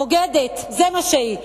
בוגדת, זה מה שהיא.